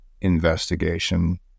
investigation